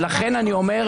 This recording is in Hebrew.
לכן אני אומר,